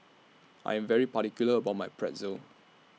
I Am very particular about My Pretzel